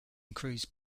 cruise